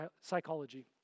psychology